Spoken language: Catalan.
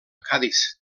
cadis